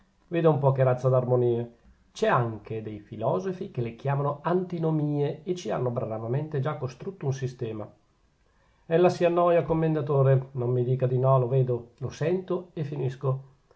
veda un po che razza d'armonie c'è anzi dei filosofi che le chiamano antinomie e ci hanno bravamente già costrutto un sistema ella si annoia commendatore non mi dica di no lo vedo lo sento e finisco